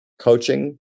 Coaching